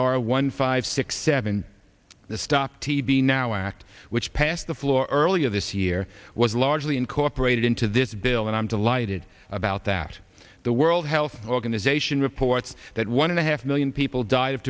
r one five six seven the stop tb now act which passed the floor earlier this year was largely incorporated into this bill and i'm delighted about that the world health organization reports that one and a half million people died of